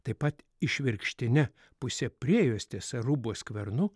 taip pat išvirkštine puse priejuostės ar rūbo skvernu